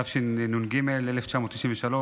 התשנ"ג 1993,